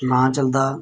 नांऽ चलदा